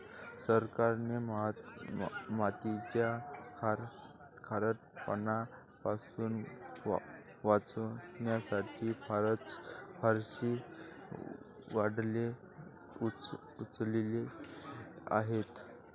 सरकारने मातीचा खारटपणा पासून वाचवण्यासाठी फारशी पावले उचलली आहेत